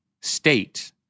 state